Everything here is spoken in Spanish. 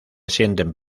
sienten